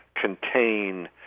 contain